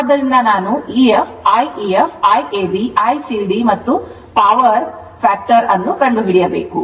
ಆದ್ದರಿಂದ ನಾನು ef Ief Iab ICd power ಮತ್ತು ಪವರ್ ಫ್ಯಾಕ್ಟರ್ ಅನ್ನು ಕಂಡುಹಿಡಿಯಬೇಕು